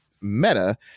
meta